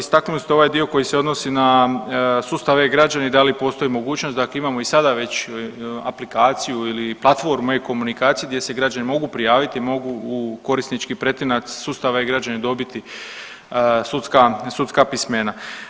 Istaknuli ste ovaj dio koji se odnosi na sustav e-građani da li postoji mogućnost da ako imamo i sada već aplikaciju ili platformu e-komunikacije gdje se građani mogu prijaviti, mogu u korisnički pretinac sustava e-građana dobiti sudska, sudska pismena.